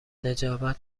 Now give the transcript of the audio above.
نجابت